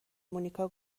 مونیکا